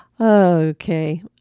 okay